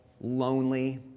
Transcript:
lonely